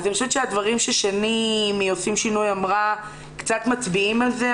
אני חושבת שהדברים ששני מ "עו"סים שינוי" אמרה קצת מצביעים על זה.